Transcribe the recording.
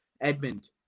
Edmund